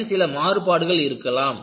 அதில் சில மாறுபாடுகள் இருக்கலாம்